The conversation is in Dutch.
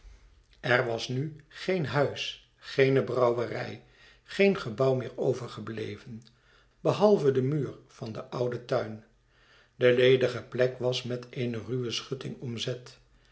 er was nu geen huis geene brouwerij geen gebouw meer overgebleven behalve de muur van den ouden tuin de ledige plek was met eene ruwe schutting omzet